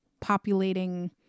populating